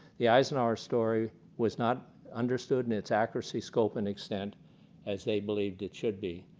the eisenhower story was not understood in its accuracy, scope and extent as they believed it should be.